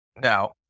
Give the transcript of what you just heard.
now